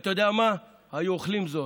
ואתה יודע מה, היו אוכלים זאת,